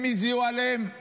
הם הזיעו עליהן?